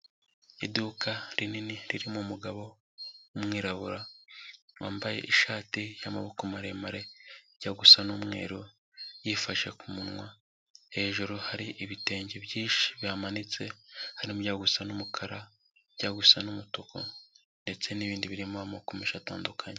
Iduka rinini ririmo umugabo w'umwirabura, wambaye ishati y'amaboko maremare ijya gusa n'umweru, yifashe ku munwa hejuru hari ibitenge byinshi bimanitse, harimo ibijya gusa n'umukara, ibijya gusa n'umutuku ndetse n'ibindi birimo amoko menshi atandukanye.